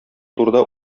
турыда